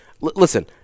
listen